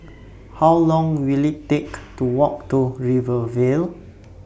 How Long Will IT Take to Walk to Rivervale